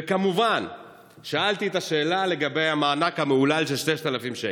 וכמובן שאלתי את השאלה לגבי המענק המהולל של 6,000 שקל.